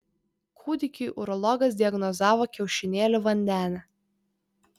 kūdikiui urologas diagnozavo kiaušinėlių vandenę